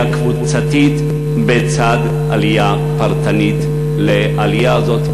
קבוצתית לצד עלייה פרטנית של הקהילה הזאת,